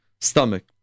stomach